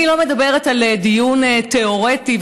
אני לא מדברת על דיון תיאורטי,